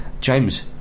James